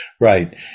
Right